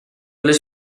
les